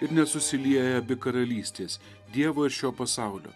ir nesusilieja abi karalystės dievo ir šio pasaulio